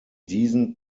diesen